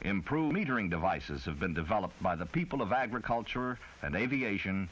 improved metering devices have been developed by the people of agriculture and aviation